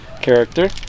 character